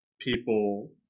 people